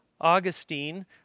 Augustine